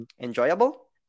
enjoyable